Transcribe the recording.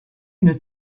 une